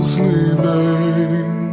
sleeping